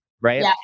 right